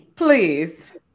Please